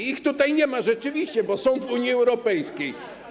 Ich tutaj nie ma rzeczywiście, bo są w Unii Europejskiej.